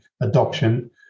adoption